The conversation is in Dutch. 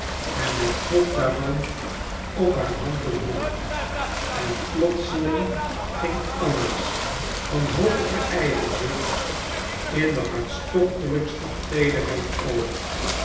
en het vocht daarvan op haar hand te voelen en plotseling ging anna's wanhopige ijverzucht in de hartstochtelijkste teederheid over